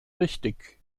richtig